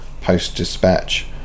Post-Dispatch